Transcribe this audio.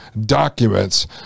documents